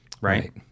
right